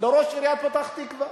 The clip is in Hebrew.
ראש עיריית פתח-תקווה.